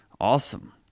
Awesome